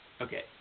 Okay